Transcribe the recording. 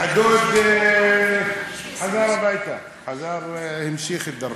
הדוד חזר הביתה, המשיך בדרכו.